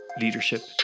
leadership